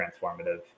transformative